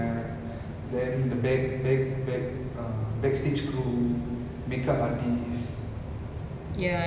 ya definitely and it's even the people who work at the theatres itself you know like the ticketing crew and all of that so and the thing is